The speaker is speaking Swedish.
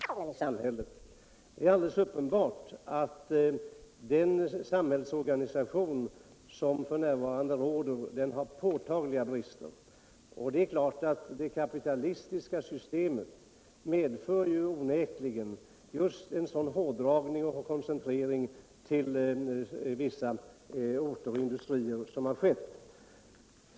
Herr talman! Det sista som socialministern sade rör egentligen inte mig. Men låt mig få säga ett par ord om koncentrationen i samhället. Det är alldeles uppenbart att den nuvarande samhällsorganisationen har påtagliga brister, och det är klart att det kapitalistiska systemet medför en sådan hårddragning och koncentration till vissa orter och industrier som har skett.